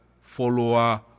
follower